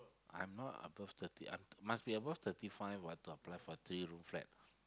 I'm not above thirty I'm must be above thirty five [what] to apply for for three room flat